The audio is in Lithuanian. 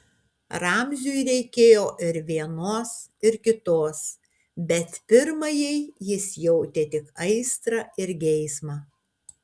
ramziui reikėjo ir vienos ir kitos bet pirmajai jis jautė tik aistrą ir geismą